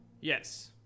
Yes